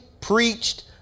preached